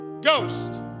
Ghost